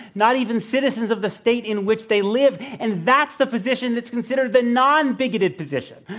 not even citizens of the state in which they live, and that's the position that's considered the non-bigoted position.